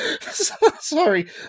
sorry